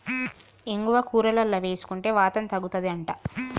ఇంగువ కూరలల్ల వేసుకుంటే వాతం తగ్గుతది అంట